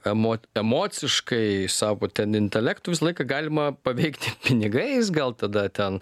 emot emociškai savo ten intelekto visą laiką galima paveikti pinigais gal tada ten